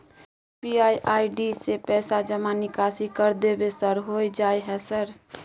UPI ID से पैसा जमा निकासी कर देबै सर होय जाय है सर?